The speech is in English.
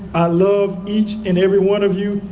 love each and every one of you.